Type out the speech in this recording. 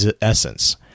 essence